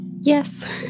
Yes